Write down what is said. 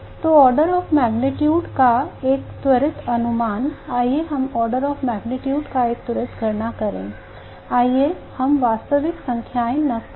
तो order of magnitude का एक त्वरित अनुमान आइए हम order of magnitude का एक त्वरित गणना करें आइए हम वास्तविक संख्याएं न करें